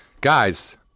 Guys